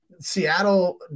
Seattle